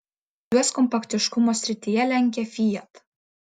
juos kompaktiškumo srityje lenkia fiat